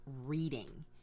reading